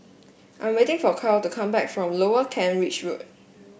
I am waiting for Kyle to come back from Lower Kent Ridge Road